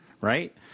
Right